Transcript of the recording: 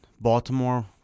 Baltimore